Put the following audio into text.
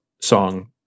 song